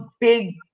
big